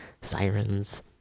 sirens